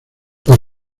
los